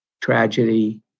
tragedy